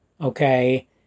okay